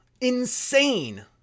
Insane